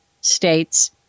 states